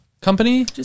company